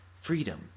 freedom